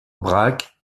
brac